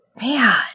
man